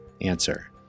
Answer